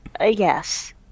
yes